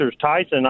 Tyson